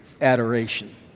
adoration